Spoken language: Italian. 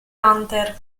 hunter